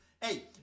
Hey